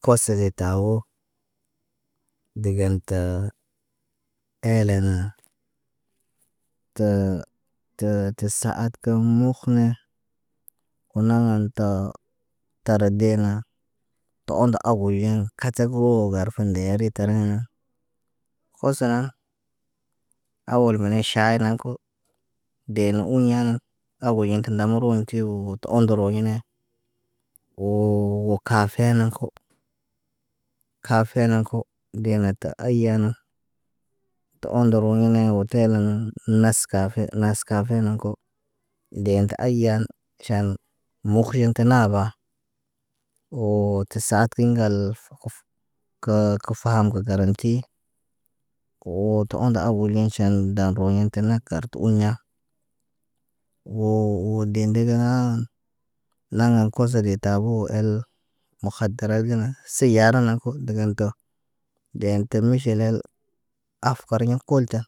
Kose ze tabo, degen təə, eelen tə tə sa- at kə mukh ne. Unaŋga təə tar dena. Tə onda agul ɟen katak woo gar foonde ritarəŋg. Kosa, awal bene ʃayi naŋg ko. De nə un ɲaa abul yen ti namuro tiw tə ondoro yene. Woo kafe naŋg ko. Kafe haŋg ko dee na ta ayana. Tə ondoro ɲene wo tel nə, naskafe, naskafe naŋg ko. Dee ti aya ʃan mukhyin tə naba. Woo tə s- at ŋgal, kəə kə faam kə garanti. Woo tə onda abulgeɲ ʃaan dan ro yen ta na kar tə uɲa. Woo, wo dee dəgə naa, naŋga koso de taboo el, mokhadarat gena, sayarna kow dəgan ko. Deen təl miʃelel afkarɲa koltaa.